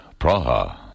Praha